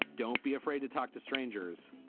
don't be afraid to talk to strangers.